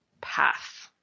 Path